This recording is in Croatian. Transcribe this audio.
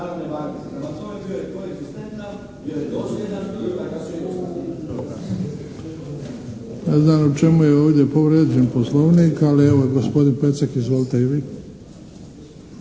Ne znam u čemu je ovdje povrijeđen Poslovnik, ali evo gospodin Pecek izvolite i vi.